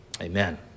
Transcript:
Amen